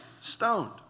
stoned